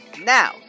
Now